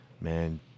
man